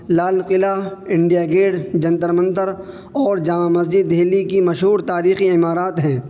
لال Qila India Gate Jantar Mantar اور جامع مسجد دہلی کی مشہور تاریخی عمارات ہیں